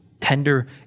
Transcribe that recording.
tender